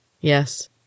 Yes